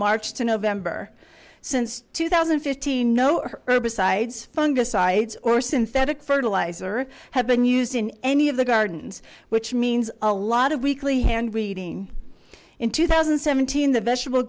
march to november since two thousand and fifteen no herbicides fungus sites or synthetic fertilizer have been used in any of the gardens which means a lot of weekly hand weeding in two thousand and seventeen the vegetable